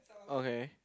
okay